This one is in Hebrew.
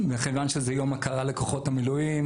מכיוון שזה יום הכרה לכוחות המילואים